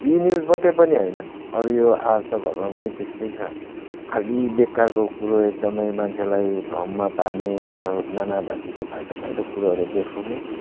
जी न्युज मात्रै पनि होइन अरू यो आजतकहरूमा पनि त्यस्तै छ खालि बेकारको कुरो एकदमै मान्छेलाई भ्रममा पार्ने र नानाभाँतीको फाल्टो फाल्टो कुरोहरू देखाउने